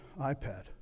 iPad